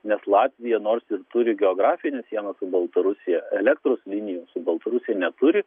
nes latvija nors ir turi geografinių sienų su baltarusija elektros linijų su baltarusija neturi